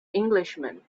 englishman